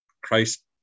christ